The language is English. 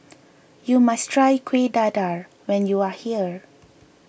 you must try Kuih Dadar when you are here